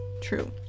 true